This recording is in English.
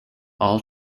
all